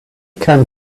can